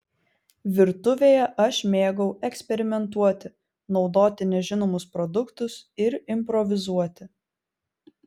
virtuvėje aš mėgau eksperimentuoti naudoti nežinomus produktus ir improvizuoti